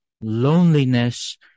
loneliness